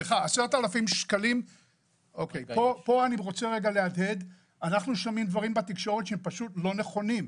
פה אני רוצה להסביר שאנחנו שומעים בתקשורת דברים שהם פשוט לא נכונים,